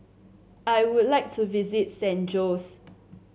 I would like to visit San Jose